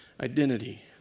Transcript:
identity